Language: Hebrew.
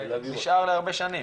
נשאר להרבה שנים.